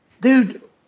Dude